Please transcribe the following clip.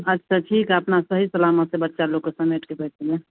अच्छा ठीक है अपना सही सलामत बच्चा लोग को समेटकर बैठिए